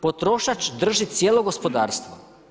Potrošač drži cijelo gospodarstvo.